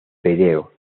pireo